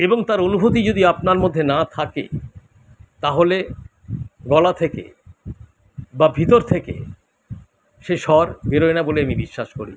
এবং তার অনুভূতি যদি আপনার মধ্যে না থাকে তাহলে গলা থেকে বা ভিতর থেকে সে স্বর বেরোয় না বলে আমি বিশ্বাস করি